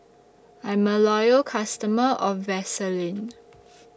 I'm A Loyal customer of Vaselin